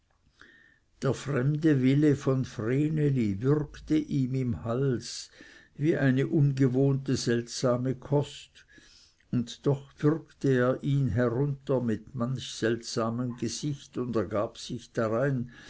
der fremde wille von vreneli würgte ihn im halse wie ungewohnte seltsame kost und doch würgte er ihn herunter mit manch seltsamem gesicht und ergab sich darein